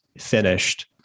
finished